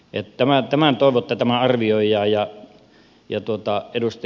toivon että tämä arvioidaan